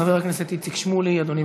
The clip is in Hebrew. חבר הכנסת איציק שמולי, אדוני,